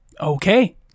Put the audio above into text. Okay